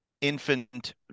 infant